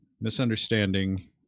misunderstanding